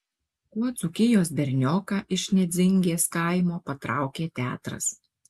kuo dzūkijos bernioką iš nedzingės kaimo patraukė teatras